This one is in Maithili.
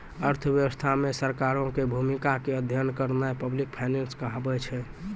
अर्थव्यवस्था मे सरकारो के भूमिका के अध्ययन करनाय पब्लिक फाइनेंस कहाबै छै